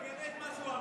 תגנה את מה שהוא אמר.